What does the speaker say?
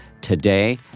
today